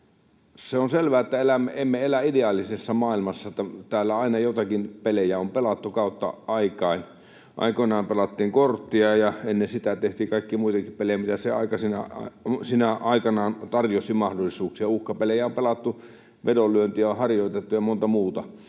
Se on selvää, että emme elä ideaalisessa maailmassa, täällä aina joitakin pelejä on pelattu kautta aikain. Aikoinaan pelattiin korttia ja ennen sitä tehtiin kaikkia muitakin pelejä, mitä se aika tarjosi mahdollisuuksia. Uhkapelejä on pelattu, vedonlyöntiä on harjoitettu ja monta muuta.